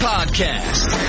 Podcast